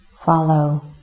follow